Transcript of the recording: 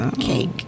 cake